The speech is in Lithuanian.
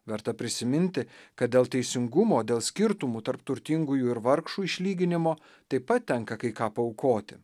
verta prisiminti kad dėl teisingumo dėl skirtumų tarp turtingųjų ir vargšų išlyginimo taip pat tenka kai ką paaukoti